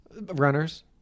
Runners